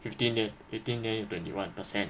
fifteen 的 eighteen then 有 twenty one percent